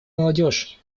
молодежь